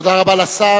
תודה רבה לשר.